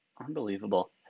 Unbelievable